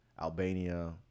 Albania